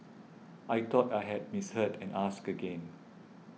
I thought I had misheard and asked again